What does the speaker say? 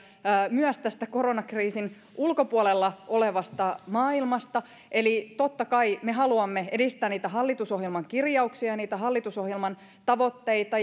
myös koronakriisin ulkopuolella olevasta maailmasta eli totta kai me haluamme edistää niitä hallitusohjelman kirjauksia ja niitä hallitusohjelman tavoitteita